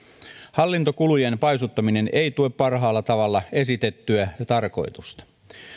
hallintokulujen paisuttaminen ei tue parhaalla tavalla esitettyä tarkoitusta